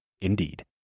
Indeed